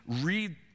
read